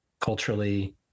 culturally